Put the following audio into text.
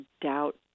doubt